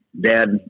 dad